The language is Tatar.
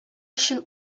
өчен